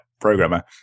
programmer